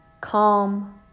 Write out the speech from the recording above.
calm